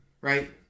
Right